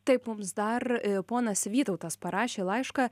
taip mums dar ponas vytautas parašė laišką